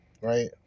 Right